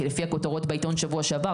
כי לפי הכותרות בעיתון משבוע שעבר,